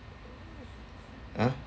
(huh)